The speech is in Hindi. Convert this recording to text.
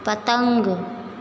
पतंग